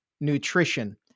nutrition